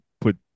put